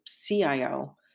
CIO